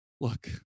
look